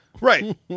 right